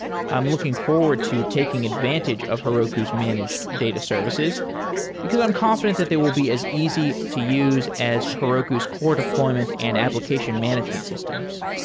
i'm looking forward to taking advantage of heroku's managed data services because i'm confident that they will be as easy to use as heroku's core deployment and application management systems.